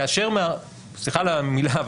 כאשר סליחה על המילה,